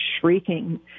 shrieking